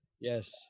yes